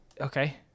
okay